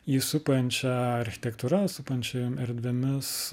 jį supančia architektūra supančiom erdvėmis